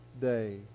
day